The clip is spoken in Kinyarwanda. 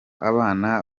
abana